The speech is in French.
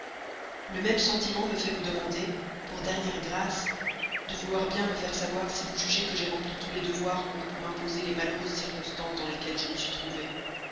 le même sentiment me fait vous demander pour dernière grâce de vouloir bien me faire savoir si vous jugez que j'aie rempli tous les devoirs qu'ont pu m'imposer les malheureuses circonstances dans lesquelles je me suis trouvé